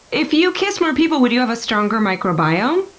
if you kiss more people, would you have a stronger microbiome?